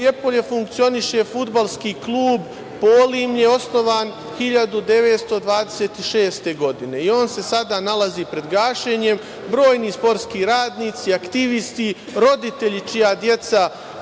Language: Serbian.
Prijepolje funkcioniše Fudbalski klub „Polimlje“ osnovan 1926. godine. On se sada nalazi pred gašenjem. Brojni sportskim radnici, aktivisti, roditelji čija deca